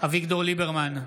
אביגדור ליברמן,